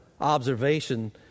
observation